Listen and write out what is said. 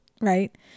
right